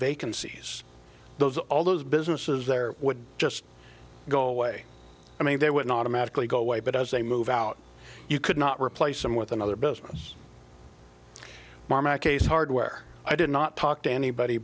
vacancies those all those businesses there would just go away i mean they would automatically go away but as they move out you could not replace them with another business marma case hardware i did not talk to anybody